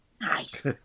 Nice